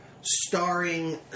starring